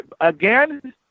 again